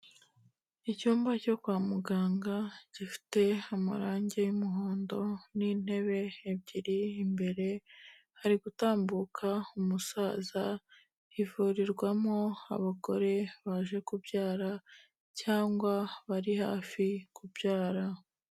Icyumba cyo kwa muganga gifite amarangi y'umuhondo n'intebe ebyiri imbere, hari gutambuka umusaza, ivurirwamo abagore baje kubyara cyangwa bari hafi kubyara.